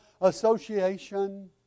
association